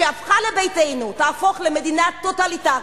שהפכה לביתנו, תהפוך למדינה טוטליטרית.